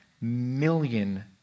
million